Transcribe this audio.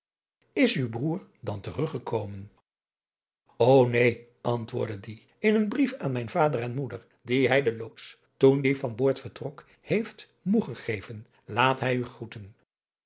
is uw broêr dan teruggekomen ô neen antwoordde die in een brief aan mijn vader en moeder dien hij den loots toen die van boord vertrok heeft môegegeven laat hij u groeten